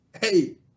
Hey